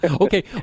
Okay